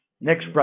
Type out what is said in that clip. Next